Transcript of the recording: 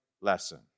lesson